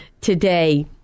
today